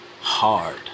hard